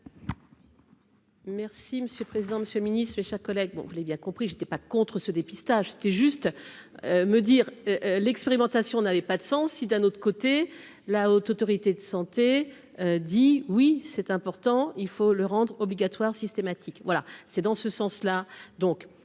Merci monsieur le président, Monsieur le Ministre, mes chers collègues, bon vous l'avez bien compris, j'étais pas contre ce dépistage, c'était juste me dire l'expérimentation n'avait pas de sens si d'un autre côté, la Haute autorité de santé dit oui c'est important. Attends, il faut le rendre obligatoire systématique voilà c'est dans ce sens-là,